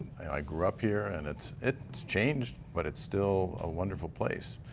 i grew up here. and it's it's changed, but it's still a wonderful place.